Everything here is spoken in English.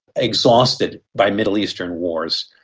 exhausted by middle eastern wars,